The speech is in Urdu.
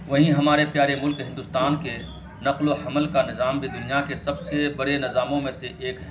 وہیں ہمارے پیارے ملک ہندوستان کے نقل و حمل کا نظام بھی دنیا کے سب سے بڑے نظاموں میں سے ایک